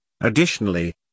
Additionally